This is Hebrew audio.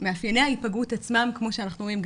מאפייני ההיפגעות עצמם כמו שאנחנו רואים,